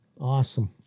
Awesome